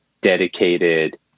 dedicated